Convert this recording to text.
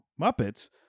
Muppets